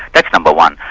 that's no. but one.